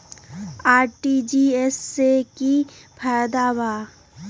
RTGS से की की फायदा बा?